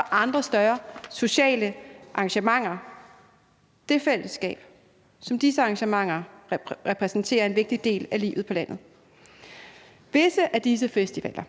og andre større sociale arrangementer. Det fællesskab, som findes i disse arrangementer, repræsenterer en vigtig del af livet på landet. Visse af disse festivaler